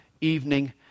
evening